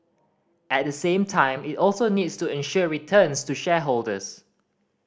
at the same time it also needs to ensure returns to shareholders